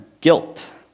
guilt